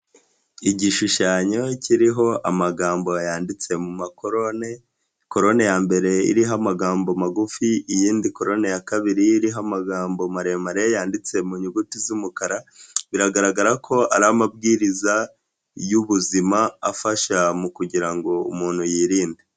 Igishushanyo kiriho amagambo yanditse mu makorone, korone ya mbere iriho amagambo magufi iyindi korone ya kabiri iriho amagambo maremare yanditse mu nyuguti z'umukara, biragaragara ko ari amabwiriza y'ubuzima afasha mu kugirango umuntu yirinde.